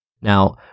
Now